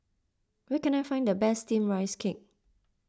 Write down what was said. where can I find the best Steamed Rice Cake